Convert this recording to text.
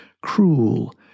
cruel